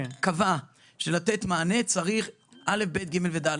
נניח שמשרד הרווחה קבע שכדי לתת מענה צריך ככה וכה,